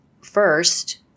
first